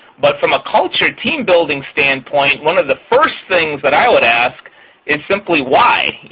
but from a culture team-building standpoint, one of the first things that i would ask is simply why?